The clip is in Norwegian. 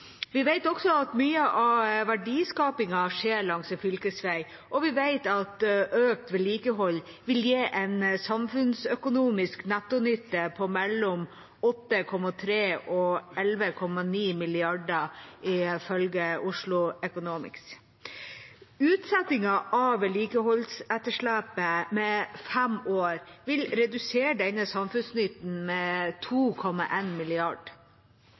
Vi vet også at mye av verdiskapingen skjer langs en fylkesvei, og vi vet at økt vedlikehold vil gi en samfunnsøkonomisk nettonytte på mellom 8,3 og 11,9 mrd. kr, ifølge Oslo Economics. Utsettingen av vedlikeholdsetterslepet med fem år vil redusere denne samfunnsnytten med